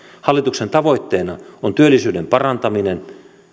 hallituksen tavoitteena on työllisyyden parantaminen